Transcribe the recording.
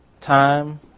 Time